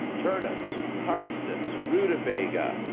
turnips, parsnips rutabaga,